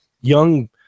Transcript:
young